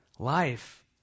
Life